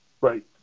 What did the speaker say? Right